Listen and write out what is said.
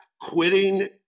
quitting